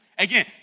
Again